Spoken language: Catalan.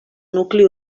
nucli